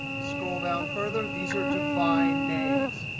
scroll down further. these are defined names.